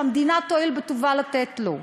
שהמדינה תואיל בטובה לתת לו.